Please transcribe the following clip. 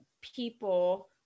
people